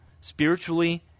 spiritually